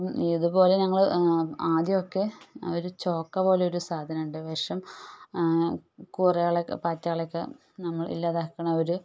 അപ്പം ഇതുപോലെ ഞങ്ങൾ ആദ്യമൊക്കെ ഒരു ചോക്ക പോലെ ഒരു സാധനമുണ്ട് വിഷം കൂറകളെയൊക്കെ പാറ്റകളെയൊക്കെ നമ്മൾ ഇല്ലാതാക്കണ ഒരു